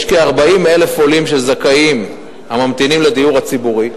יש כ-40,000 עולים זכאים הממתינים לדיור ציבורי.